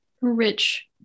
rich